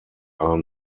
are